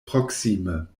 proksime